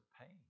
pain